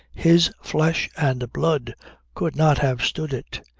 his flesh and blood could not have stood it.